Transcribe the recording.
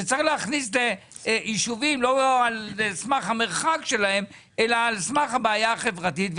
שצריך להכניס יישובים לא על סמך המרחק שלהם אלא על סמך הבעיה החברתית,